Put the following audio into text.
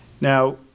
Now